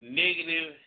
negative